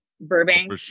Burbank